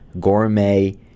gourmet